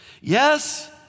Yes